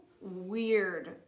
weird